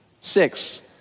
Six